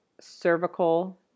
cervical